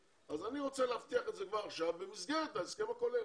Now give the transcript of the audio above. אז אני רוצה להבטיח את זה כבר עכשיו במסגרת ההסכם הכולל.